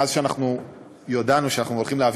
מאז שאנחנו ידענו שאנחנו הולכים להעביר